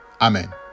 Amen